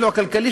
אפילו הכלכלי,